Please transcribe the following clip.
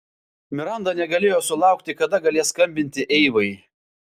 miranda negalėjo sulaukti kada galės skambinti eivai